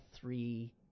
three